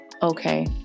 Okay